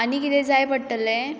आनी कितें जाय पडटलें